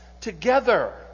together